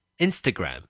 Instagram